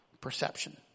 perception